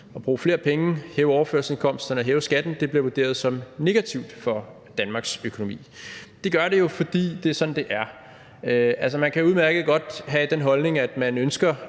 at bruge flere penge, hæve overførselsindkomsterne, hæve skatten, bliver vurderet som negativt for Danmarks økonomi. Det gør det jo, fordi det er sådan, det er. Man kan udmærket godt have den holdning, at man ønsker